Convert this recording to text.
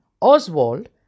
Oswald